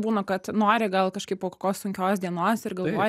būna kad nori gal kažkaip po kokios sunkios dienos ir galvoji